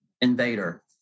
invader